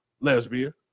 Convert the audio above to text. lesbian